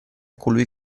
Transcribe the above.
colui